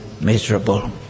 miserable